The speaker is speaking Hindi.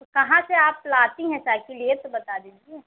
तो कहाँ से आप लाती हैं साइकिल ये तो बता दीजिए